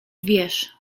wiesz